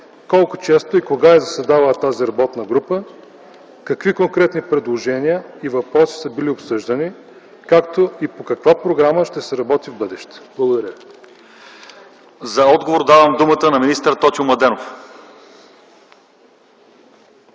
колко често и кога е заседавала тази работна група? Какви конкретни предложения и въпроси са били обсъждани, както и по каква програма ще се работи в бъдеще? Благодаря ви. ПРЕДСЕДАТЕЛ ЛЪЧЕЗАР ИВАНОВ: За отговор давам думата на министър Тотю Младенов.